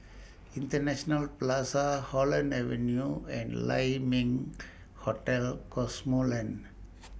International Plaza Holland Avenue and Lai Ming Hotel Cosmoland